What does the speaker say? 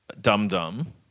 dum-dum